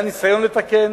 היה ניסיון לתקן,